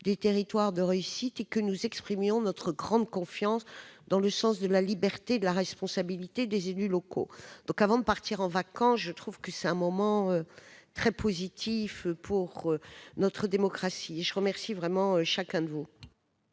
des territoires de réussite. Avec ce texte, nous manifestons une grande confiance dans le sens de la liberté et de la responsabilité des élus locaux. Avant de partir en vacances, nous vivons aujourd'hui un moment très positif pour notre démocratie. Je remercie vraiment chacun de vous.